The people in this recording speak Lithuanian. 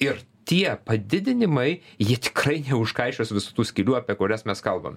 ir tie padidinimai jie tikrai neužkaišios visų tų skylių apie kurias mes kalbam